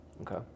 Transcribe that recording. Okay